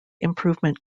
improvement